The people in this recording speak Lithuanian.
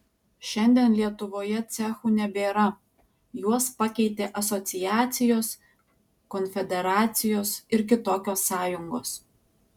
šiandien lietuvoje cechų nebėra juos pakeitė asociacijos konfederacijos ir kitokios sąjungos